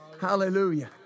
Hallelujah